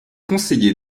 conseiller